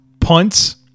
punts